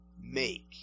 make